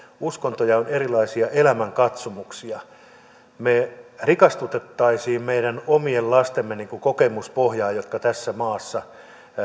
uskontoja on erilaisia elämänkatsomuksia alkaisi jo koulussa me rikastuttaisimme niiden meidän omien lastemme kokemuspohjaa jotka tässä maassa